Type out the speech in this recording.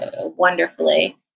wonderfully